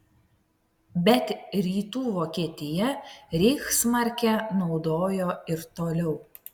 bet rytų vokietija reichsmarkę naudojo ir toliau